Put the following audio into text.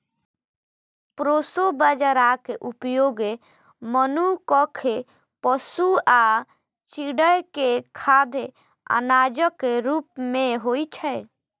proso बाजाराक उपयोग मनुक्ख, पशु आ चिड़ै के खाद्य अनाजक रूप मे होइ छै